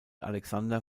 alexander